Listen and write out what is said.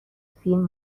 فیلم